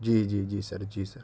جی جی جی سر جی سر